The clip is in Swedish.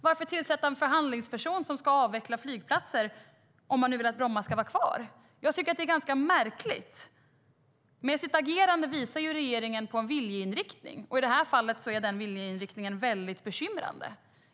Varför tillsätta en förhandlingsperson som ska avveckla flygplatser om man nu vill att Bromma ska vara kvar? Jag tycker att detta är ganska märkligt. Med sitt agerande visar ju regeringen på en viljeinriktning, och i det här fallet är den väldigt bekymrande.